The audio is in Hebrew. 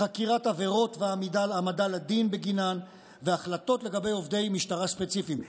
חקירת עבירות והעמדה לדין בגינן והחלטות לגבי עובדי משטרה ספציפיים.